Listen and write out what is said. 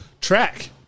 Track